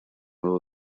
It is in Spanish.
nuevo